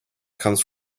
comes